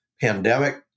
pandemic